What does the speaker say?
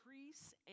increase